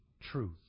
truth